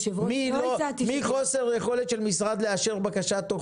בשל חוסר יכולת של משרד לאשר בקשה בתוך